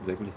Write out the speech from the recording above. exactly